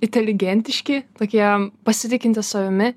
inteligentiški tokie pasitikintys savimi